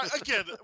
Again